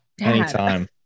Anytime